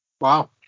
Wow